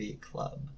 Club